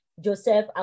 Joseph